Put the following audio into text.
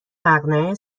مقنعه